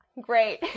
Great